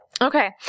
Okay